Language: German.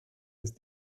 ist